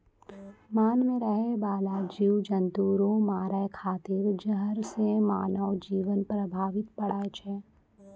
मान मे रहै बाला जिव जन्तु रो मारै खातिर जहर से मानव जिवन प्रभावित पड़ै छै